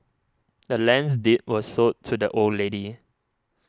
the land's deed was sold to the old lady